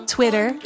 Twitter